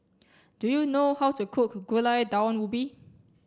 do you know how to cook Gulai Daun Ubi